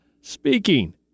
speaking